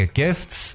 gifts